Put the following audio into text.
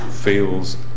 feels